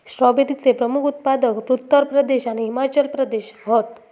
स्ट्रॉबेरीचे प्रमुख उत्पादक उत्तर प्रदेश आणि हिमाचल प्रदेश हत